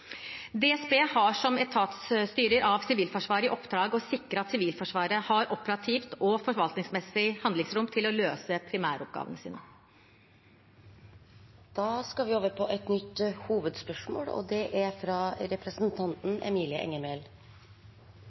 DSB har som etatsstyrer av Sivilforsvaret i oppdrag å sikre at Sivilforsvaret har operativt og forvaltningsmessig handlingsrom til å løse primæroppgavene sine. Da går vi